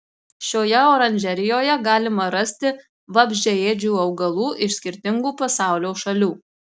šioje oranžerijoje galima rasti vabzdžiaėdžių augalų iš skirtingų pasaulio šalių